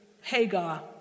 Hagar